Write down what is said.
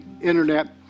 internet